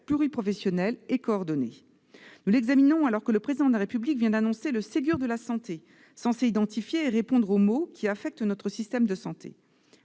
pluriprofessionnel et coordonné. Nous l'examinons alors que le Président de la République vient d'annoncer le Ségur de la santé, censé identifier les maux qui affectent notre système de santé